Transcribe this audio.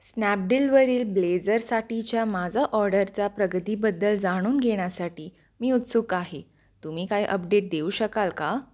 स्नॅपडीलवरील ब्लेझरसाठीच्या माझा ऑर्डरचा प्रगतीबद्दल जाणून घेण्यासाठी मी उत्सुक आहे तुम्ही काय अपडेट देऊ शकाल का